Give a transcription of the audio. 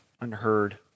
unheard